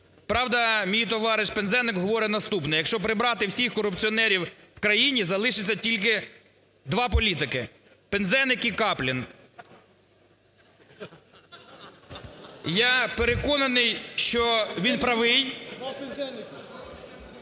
Правда, мій товариш Пинзеник говорить наступне: якщо прибрати всіх корупціонерів в країні, залишиться тільки два політики – Пинзеник і Каплін. Я переконаний, що він правий…